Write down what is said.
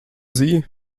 sie